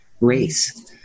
race